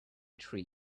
tree